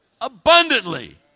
abundantly